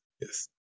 yes